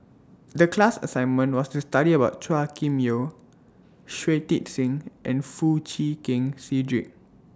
The class assignment was to study about Chua Kim Yeow Shui Tit Sing and Foo Chee Keng Cedric